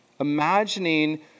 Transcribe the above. imagining